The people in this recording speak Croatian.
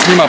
S njima